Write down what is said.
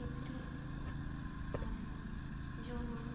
ᱠᱤᱪᱨᱤᱡ ᱟᱨ ᱡᱚᱢᱟᱜ